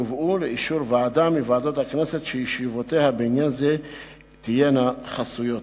יובאו לאישור ועדה מוועדות הכנסת שישיבותיה בעניין זה תהיינה חסויות.